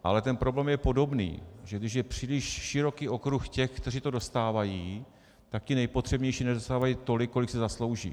Ale ten problém je podobný, že když je příliš široký okruh těch, kteří to dostávají, tak ti nejpotřebnější nedostávají tolik, kolik si zaslouží.